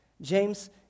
James